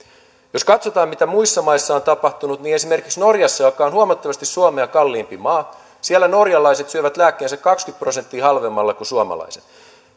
jos katsotaan mitä muissa maissa on tapahtunut niin esimerkiksi norjassa joka on huomattavasti suomea kalliimpi maa norjalaiset syövät lääkkeensä kaksikymmentä prosenttia halvemmalla kuin suomalaiset